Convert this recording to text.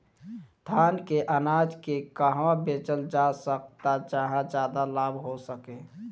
धान के अनाज के कहवा बेचल जा सकता जहाँ ज्यादा लाभ हो सके?